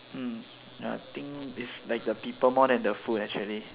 mm I think this like the people more than the food actually